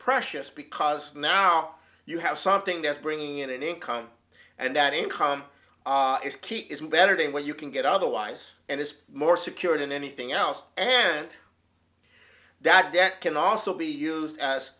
precious because now you have something that's bringing in an income and that income is key isn't better than what you can get otherwise and it's more secure than anything else and that debt can also be used as